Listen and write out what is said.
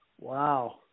wow